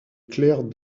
claire